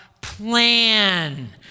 plan